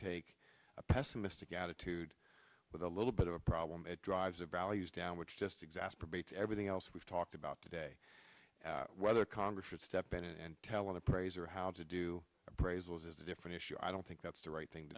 take a pessimistic attitude with a little bit of a problem it drives a values down which just exacerbates everything else we've talked about today whether congress should step in and telling appraiser how to do praises is a different issue i don't think that's the right thing